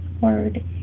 word